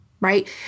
right